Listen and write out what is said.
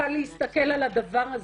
תוכל להסתכל על הדבר הזה.